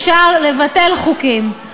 אפשר לבטל חוקים.